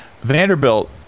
Vanderbilt